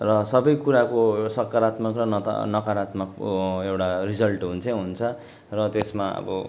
र सबै कुराको सकरात्मक र न त नकरात्मक पो एउटा रिजल्ट हुन्छै हुन्छ र त्यसमा अब